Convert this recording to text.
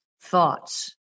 thoughts